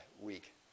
week